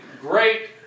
great